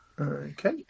Okay